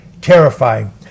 terrifying